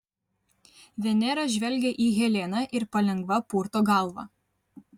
venera žvelgia į heleną ir palengva purto galvą